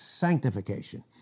sanctification